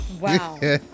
Wow